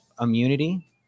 immunity